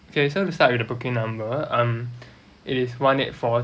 okay so we start with the booking number um it's one eight four